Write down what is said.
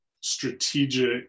strategic